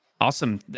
Awesome